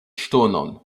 ŝtonon